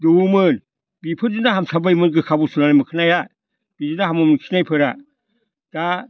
दौवोमोन बेफोरजोंनो हामसाब बायोमोन गोखा बुस्थु नालाय मोखनाया बेजोंनो हामोमोन खिनायफोरा दा